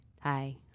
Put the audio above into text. hi